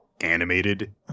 animated